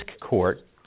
court